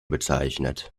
bezeichnet